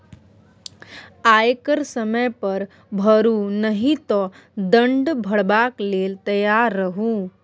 आयकर समय पर भरू नहि तँ दण्ड भरबाक लेल तैयार रहु